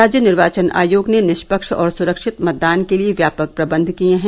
राज्य निर्वाचन आयोग ने निष्पक्ष और सुरक्षित मतदान के लिये व्यापक प्रबंध किये हैं